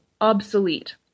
obsolete